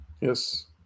yes